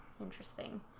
Interesting